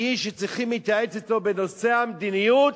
האיש שצריכים להתייעץ אתו בנושא המדיניות,